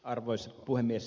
arvoisa puhemies